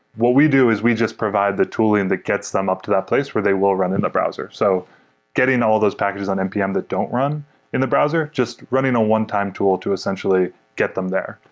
what we do is we just provide the tooling that gets them up to that place where they will run in the browser. so getting all those packages on npm that don't run in the browser, just running a one-time tool to essentially get them there,